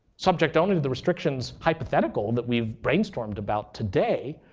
subject only to the restrictions hypothetical that we've brainstormed about today.